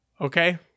okay